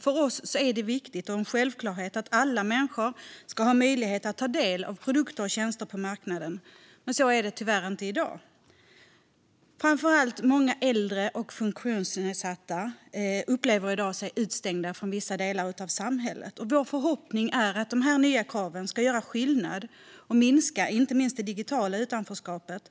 För oss sverigedemokrater är det viktigt - och en självklarhet - att alla människor ska ha möjlighet att ta del av produkter och tjänster på marknaden, men så är det tyvärr inte i dag. Framför allt många äldre och funktionsnedsatta upplever sig i dag utestängda från vissa delar av samhället. Vår förhoppning är att dessa nya krav ska göra skillnad och minska inte minst det digitala utanförskapet